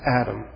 Adam